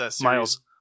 Miles